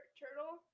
turtle